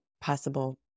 possible